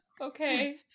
okay